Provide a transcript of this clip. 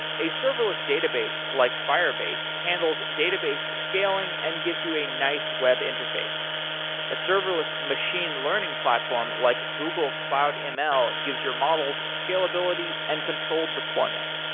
a serverless database like firebase handles database scaling and gives you a nice web interface a serverless machine learning platform like google cloud ml gives your models scalability and controlled deployment.